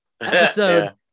episode